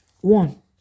One